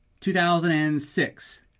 2006